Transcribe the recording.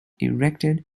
erected